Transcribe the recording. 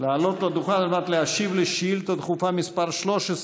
לעלות לדוכן על מנת להשיב על שאילתה דחופה מס' 13,